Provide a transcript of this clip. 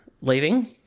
leaving